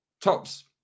tops